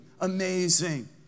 amazing